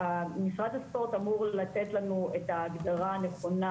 משרד הספורט אמור לתת לנו את ההגדרה הנכונה,